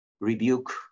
rebuke